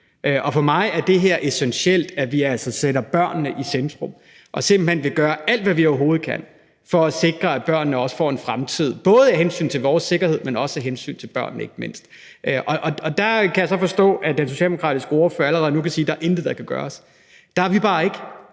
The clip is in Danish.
Og for mig er det essentielt, at vi sætter børnene i centrum og simpelt hen vil gøre alt, hvad vi overhovedet kan, for at sikre, at børnene også får en fremtid. Det er både af hensyn til vores sikkerhed, men ikke mindst af hensyn til børnene. Der kan jeg så forstå, at den socialdemokratiske ordfører allerede nu kan sige: Der er intet, der kan gøres. Der er vi bare ikke.